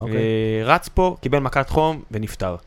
אוקיי. רץ פה, קיבל מכת חום ונפטר.